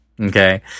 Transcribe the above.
Okay